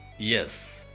yes.